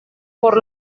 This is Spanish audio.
por